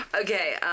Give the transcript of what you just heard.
Okay